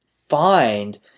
find